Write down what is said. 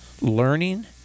learning